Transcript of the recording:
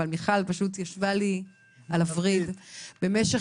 אבל מיכל פשוט ישבה לי על הווריד במשך